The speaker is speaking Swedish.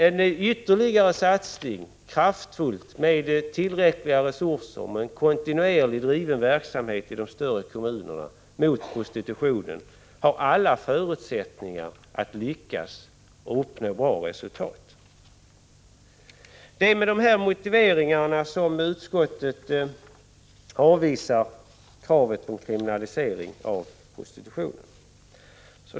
En ytterligare kraftfull satsning med tillräckliga resurser och med en kontinuerligt driven verksamhet i de större kommunerna mot prostitutionen har alla förutsättningar att lyckas och ge bra resultat. Med dessa motiveringar avvisar utskottsmajoriteten kravet på en kriminalisering av prostitutionen.